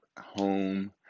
home